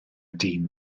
dyn